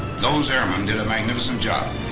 those airmen did a magnificent job.